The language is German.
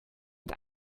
mit